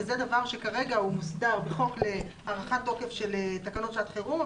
וזה דבר שכרגע מוסדר בחוק להארכת תוקף של תקנות שעת חירום,